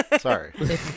Sorry